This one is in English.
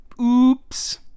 Oops